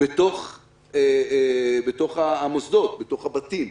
בתוך המוסדות, בתוך הבתים.